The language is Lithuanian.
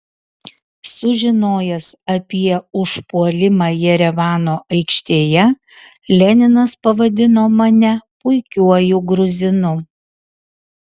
sužinojęs apie užpuolimą jerevano aikštėje leninas pavadino mane puikiuoju gruzinu